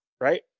right